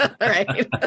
Right